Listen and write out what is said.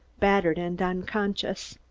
battered and unconscious.